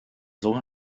sohn